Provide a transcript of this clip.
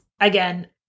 again